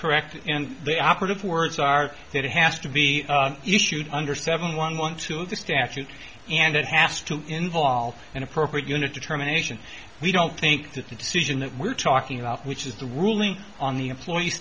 correct and the operative words are that it has to be issued under seven one one two of the statute and it has to involve an appropriate unit determination we don't think that the decision that we're talking off which is the ruling on the employee